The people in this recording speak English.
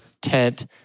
tent